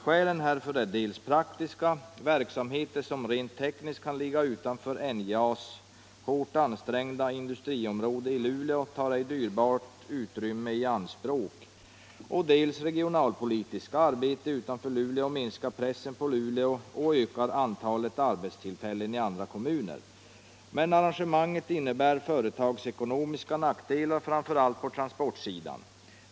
Skälen härför är dels praktiska — verksamheter som rent tekniskt kan ligga utanför NJA:s hårt ansträngda industriområde i Luleå tar ej dyrbart utrymme i anspråk — och dels regionalpolitiska — arbete utanför Luleå minskar pressen på Luleå och ökar antalet arbetstillfällen i andra kommuner. Men arrangemanget innebär företagsekonomiska nackdelar, framför allt på transportsidan.